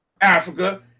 Africa